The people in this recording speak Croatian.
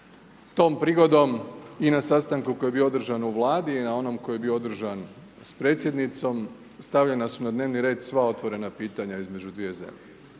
Tom prigodom i na sastanku koji je bio održan u Vladi i na onom koji je bio održan s predsjednicom stavljena su na dnevni red sva otvorena pitanja između dvije zemlje,